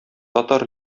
татар